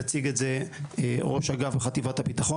יציג את זה ראש אגף חטיבת הביטחון,